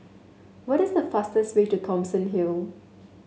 what is the fastest way to Thomson Hill